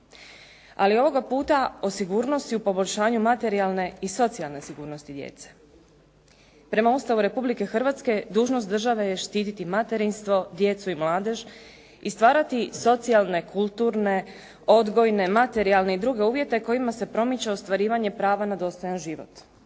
Ali ovoga puta o sigurnosti u poboljšanju materijalne i socijalne sigurnosti djece. Prema Ustavu Republike Hrvatske dužnost države je štititi materinstvo, djecu i mladež i stvarati socijalne, kulturne, odgojne, materijalne i druge uvjete kojima se promiče ostvarivanje prava na dostojan život.